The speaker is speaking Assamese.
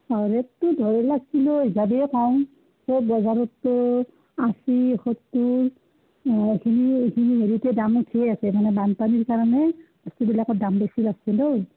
অঁ ৰেটটো ধৰি লওক কিলো হিচাপে কম এ বজাৰততো আশী সত্তৰ হেৰিতে দাম উঠিয়ে আছে মানে বানপানীৰ কাৰণে বস্তুবিলাকৰ দাম বেছি